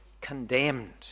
condemned